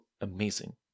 amazing